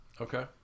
Okay